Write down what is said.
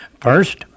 First